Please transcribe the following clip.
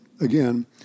again